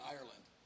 Ireland